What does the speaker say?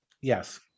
Yes